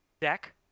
deck